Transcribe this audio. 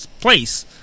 place